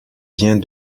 vient